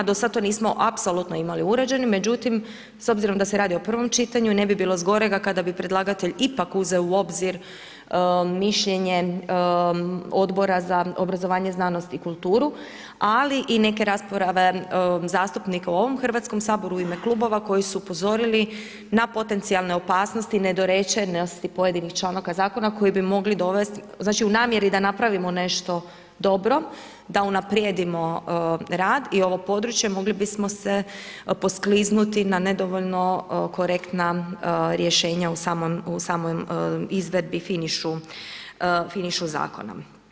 Do sada to nismo apsolutno imali uređeno, međutim s obzirom da se radi o prvom čitanju ne bi bilo zgorega kada bi predlagatelj ipak uzeo u obzir mišljenje Odbora za obrazovanje, znanost i kulturu, ali i neke rasprave zastupnika u ovom Hrvatskom saboru u ime klubova koji su upozorili na potencijalne opasnosti, nedorečenosti pojedinih članka zakona koji bi mogli dovesti, znači u namjeri da napravimo nešto dobro da unaprijedimo rad i ovo područje mogli bismo se poskliznuti na nedovoljno korektna rješenja u samoj izvedbi, finišu zakona.